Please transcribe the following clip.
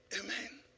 Amen